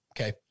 Okay